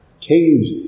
Kings